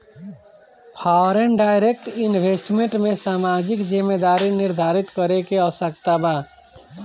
foreign direct investment में सामाजिक जिम्मेदारी निरधारित करे के आवस्यकता बा